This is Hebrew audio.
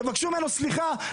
תבקשו ממנו סליחה.